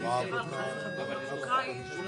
וגם חברות שאנחנו מפעילים שמבצעות את ההתקשרות.